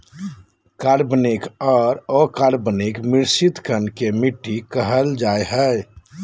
कार्बनिक आर अकार्बनिक मिश्रित कण के मिट्टी कहल जा हई